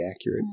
accurate